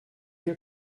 hier